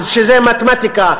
שזה מתמטיקה,